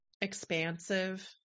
Expansive